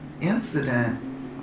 incident